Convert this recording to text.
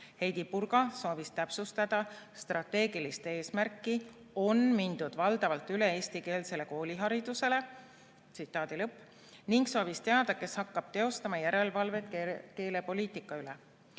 Heidy Purga soovis täpsustada strateegilist eesmärki minna valdavalt üle eestikeelsele kooliharidusele. Ta soovis teada, kes hakkab teostama järelevalvet keelepoliitika üle.